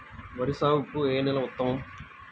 వరి సాగుకు ఏ నేల ఉత్తమం?